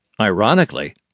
Ironically